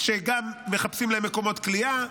גם מחפשים להם מקומות כליאה,